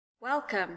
Welcome